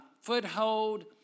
foothold